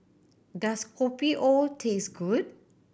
does Kopi O taste good